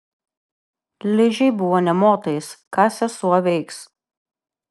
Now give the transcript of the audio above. ližei buvo nė motais ką sesuo veiks